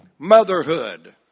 Motherhood